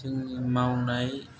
जोंनि मावनाय